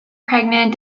pregnant